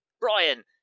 Brian